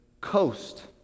coast